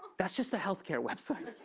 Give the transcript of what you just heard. that's just a health care website.